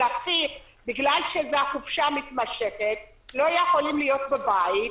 בגלל שזאת חופשה מתמשכת והם לא יכולים להיות בבית,